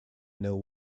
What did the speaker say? know